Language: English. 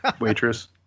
waitress